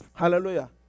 Hallelujah